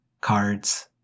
cards